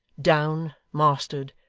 down, mastered,